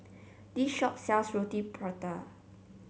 this shop sells Roti Prata